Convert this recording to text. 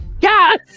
Yes